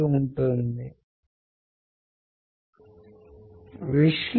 శబ్దం మరియు జోక్యం మనము ఇప్పటికే వివరించాము